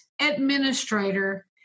administrator